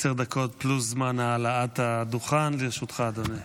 לרשותך עד עשר דקות פלוס זמן העלאת הדוכן, אדוני.